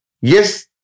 Yes